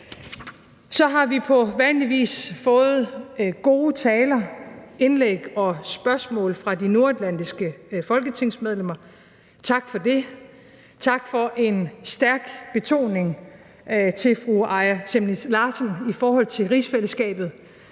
Så har vi på vanlig vis fået gode taler, indlæg og spørgsmål fra de nordatlantiske folketingsmedlemmer. Tak for det. Tak til fru Aaja Chemnitz Larsen for en stærk betoning i forhold til rigsfællesskabet